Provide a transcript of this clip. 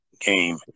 game